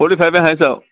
forty ফাইভেই highest আৰু